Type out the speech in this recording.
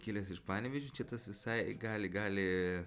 kilęs iš panevėžio čia tas visai gali gali